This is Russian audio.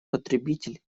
потребитель